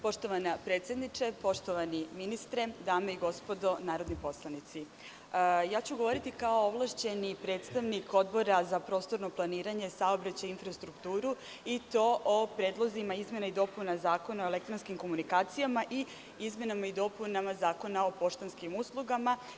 Poštovana predsedniče, poštovani ministre, dame i gospodo narodni poslanici, govoriću kao ovlašćeni predstavnik Odbora za prostorno planiranje, saobraćaj i infrastrukturu i to o predlozima izmena i dopuna Zakona o elektronskim komunikacijama i izmena i dopuna Zakona o poštanskim uslugama.